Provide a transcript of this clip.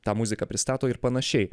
tą muziką pristato ir panašiai